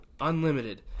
unlimited